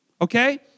okay